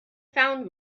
found